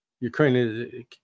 Ukraine